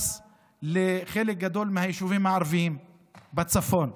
לחלק גדול מהיישובים הערביים בצפון,